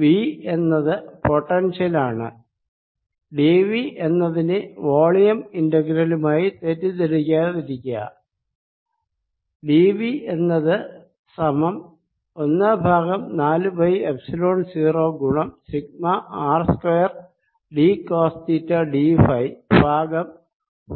V എന്നത് പൊട്ടൻഷ്യലാണ് d V എന്നതിനെ വോളിയം ഇന്റെഗ്രേലുമായി തെറ്റിദ്ധരിക്കാതിരിക്കുക d V എന്നത് സമം ഒന്ന് ബൈ നാലു പൈ എപ്സിലോൺ 0 ഗുണം sigma R square d cos theta d phi by